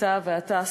אתה ואתה,